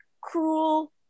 cruel